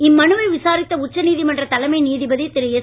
இம்மனுவை விசாரித்த உச்சநீதிமன்ற தலைமை நீதிபதி திரு எஸ்